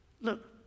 look